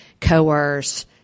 coerce